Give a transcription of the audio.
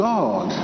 God